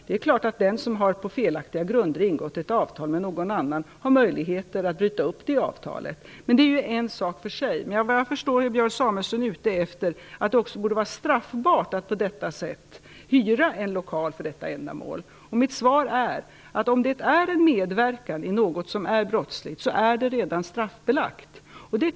Det är klart att den som på felaktiga grunder ingått ett avtal med någon annan har möjligheter att bryta upp det avtalet. Det är en sak för sig. Vad jag förstår så är Björn Samuelson ute efter att det också borde vara straffbart att hyra en lokal för detta ändamål. Mitt svar är att om det handlar om medverkan i något som är brottsligt, så är detta redan straffbelagt.